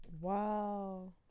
wow